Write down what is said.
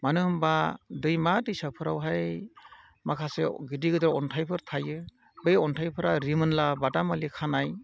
मानो होमब्ला दैमा दैसाफोरावहाय माखासे गिदिर गिदिर अन्थाइफोर थायो बै अन्थाइफोरा रिमोनला बादामालि खानाय